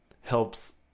helps